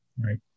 Right